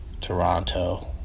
Toronto